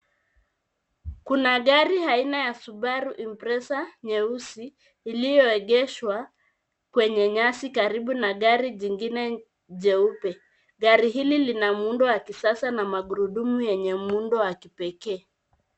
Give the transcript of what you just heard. Kuna gari aina ya Subaru Impreza nyeusi iliyoegeshwa kwenye nyasi karibu na gari jingine jeupe. Gari hili lina muundo wa kisasa na magurudumu yenye muundo wa kipekee.